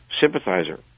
sympathizer